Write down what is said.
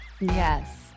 Yes